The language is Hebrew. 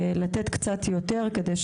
קצת יותר פרטים,